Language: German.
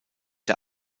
der